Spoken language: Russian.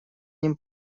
ним